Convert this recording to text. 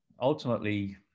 ultimately